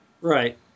Right